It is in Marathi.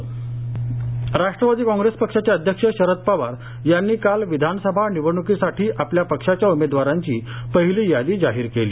राष्ट्रवादी यादी राष्ट्रवादी कॉग्रेस पक्षाचे अध्यक्ष शरद पवार यांनी काल विधानसभा निवडण्कीसाठी आपल्या पक्षाच्या उमेदवारांची पहिली यादी जाहीर केली